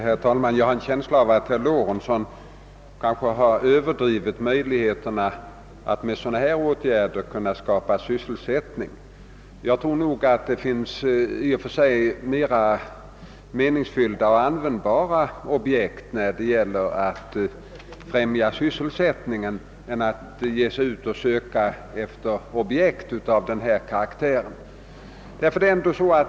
Herr talman! Jag har en känsla av att herr Lorentzon har överdrivit möjligheterna att skapa sysselsättning genom att bygga skyddsvallar mot bäver. Det finns nog i och för sig mera meningsfyllda och användbara objekt när det gäller att främja sysselsättningen än objekt av den karaktären.